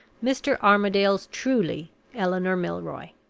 mr. armadale's truly eleanor milroy.